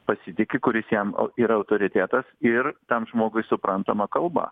pasitiki kuris jam yra autoritetas ir tam žmogui suprantama kalba